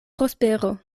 prospero